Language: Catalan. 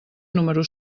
número